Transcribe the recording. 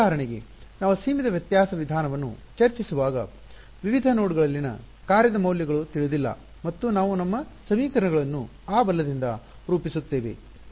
ಉದಾಹರಣೆಗೆ ನಾವು ಸೀಮಿತ ವ್ಯತ್ಯಾಸ ವಿಧಾನವನ್ನು ಚರ್ಚಿಸುವಾಗ ವಿವಿಧ ನೋಡ್ಗಳಲ್ಲಿನ ಕಾರ್ಯದ ಮೌಲ್ಯಗಳು ತಿಳಿದಿಲ್ಲ ಮತ್ತು ನಾವು ನಮ್ಮ ಸಮೀಕರಣಗಳನ್ನು ಆ ಬಲದಿಂದ ರೂಪಿಸುತ್ತೇವೆ